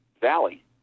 valley